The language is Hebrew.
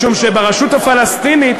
משום שברשות הפלסטינית,